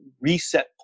reset